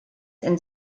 and